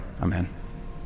amen